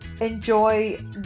Enjoy